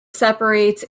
separates